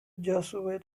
jesuit